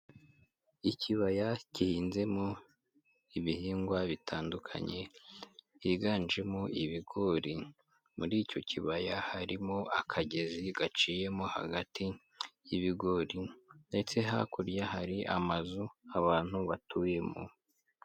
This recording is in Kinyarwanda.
Ikibaya gihinzemo ibihingwa bitandukanye, higanjemo ibigori, muri icyo kibaya harimo akagezi gaciyemo hagati y'ibigori ndetse hakurya hari amazu abantu batuyemo.